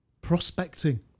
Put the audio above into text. prospecting